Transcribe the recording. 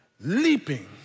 leaping